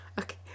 Okay